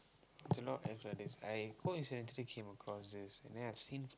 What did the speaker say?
it's a lot I coincidentally came across this and then I've seen